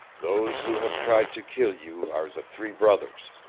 those who have tried to kill you are the three brothers.